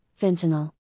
fentanyl